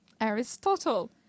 aristotle